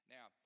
Now